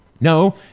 No